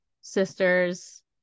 sisters